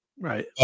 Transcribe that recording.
Right